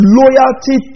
loyalty